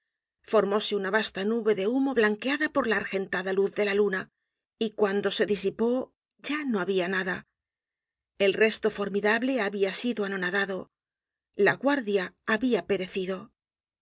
metralla formóse una vasta nube de humo blanqueada por la argentada luz de la luna y cuando se disipó ya no habia nada el resto formidable habia sido anonadado la guardia habia perecido